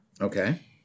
Okay